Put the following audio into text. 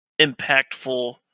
impactful